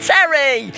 Terry